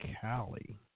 Cali